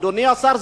אדוני השר,